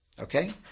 Okay